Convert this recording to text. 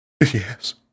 Yes